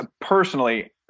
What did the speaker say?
personally